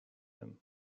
him